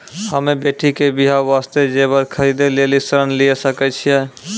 हम्मे बेटी के बियाह वास्ते जेबर खरीदे लेली ऋण लिये सकय छियै?